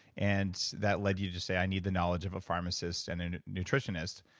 and that led you to say i need the knowledge of a pharmacist and a nutritionist.